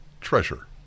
treasure